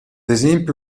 esempio